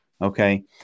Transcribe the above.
okay